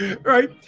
right